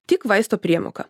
tik vaisto priemoką